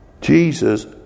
Jesus